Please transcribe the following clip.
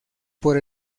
por